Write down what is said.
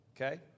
Okay